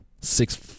Six